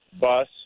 bus